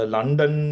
London